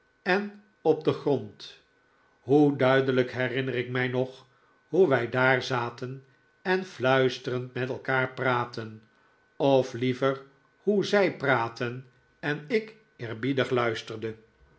en op den grond hoe duidelijk herinner ik mij nog hoe wij daar zaten en fluisterend met elkaar praatten of liever hoe zij praatten en ik eerbiedig luisterde